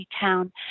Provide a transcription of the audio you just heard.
town